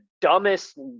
dumbest